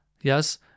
Yes